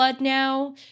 now